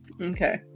Okay